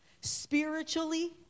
spiritually